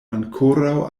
ankoraŭ